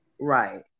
Right